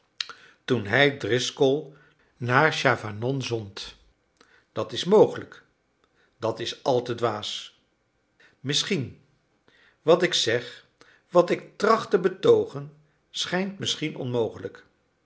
toen hij driscol naar chavanon zond dat is mogelijk dat is al te dwaas misschien wat ik zeg wat ik tracht te betoogen schijnt misschien onmogelijk